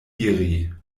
iri